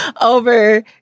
over